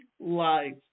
life